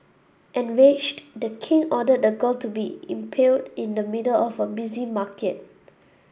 enraged the king ordered the girl to be impaled in the middle of a busy market